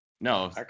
No